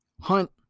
Hunt